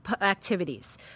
activities